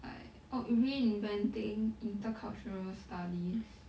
like oh reinventing intercultural studies